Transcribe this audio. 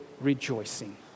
rejoicing